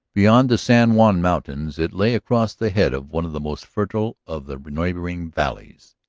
beyond the san juan mountains it lay across the head of one of the most fertile of the neighboring valleys,